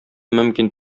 мөмкин